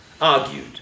argued